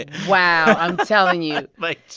and wow. i'm telling you. like,